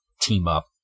team-up